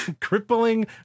Crippling